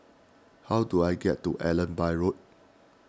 how do I get to Allenby Road